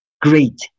great